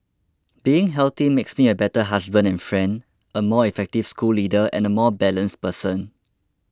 being healthy makes me a better husband and friend a more effective school leader and a more balanced person